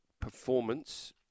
performance